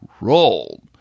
rolled